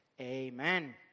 Amen